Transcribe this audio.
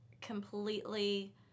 completely